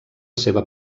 seva